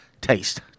TASTE